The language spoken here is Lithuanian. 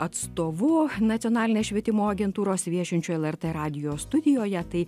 atstovų nacionalinės švietimo agentūros viešinčiu lrt radijo studijoje tai